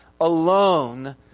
alone